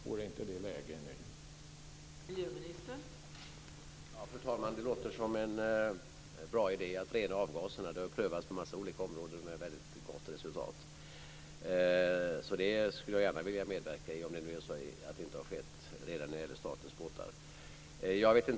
Vore det inte läge att göra det nu?